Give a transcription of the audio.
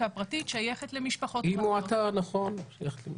נכון, נכון.